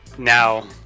Now